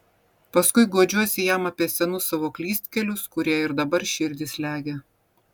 paskui guodžiuosi jam apie senus savo klystkelius kurie ir dabar širdį slegia